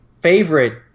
favorite